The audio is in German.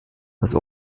das